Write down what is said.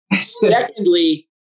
Secondly